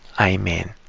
Amen